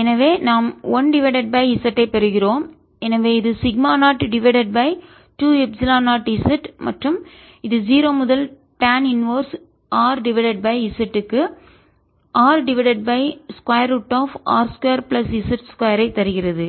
எனவே நாம் 1 divided by Z ஐ பெறுகிறோம் எனவே இது sigma 0 divided by 2 epsilon 0 Z மற்றும் இது 0 முதல் டான் இன்வெர்ஸ் RZ க்கு R divided by square root of R 2 plus Z 2 ஐ தருகிறது